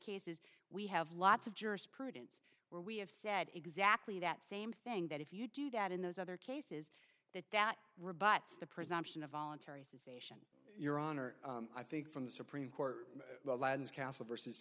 cases we have lots of jurisprudence where we have said exactly that same thing that if you do that in those other cases that that rebuts the presumption of voluntary susan your honor i think from the supreme court elian's castle versus